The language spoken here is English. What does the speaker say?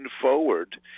forward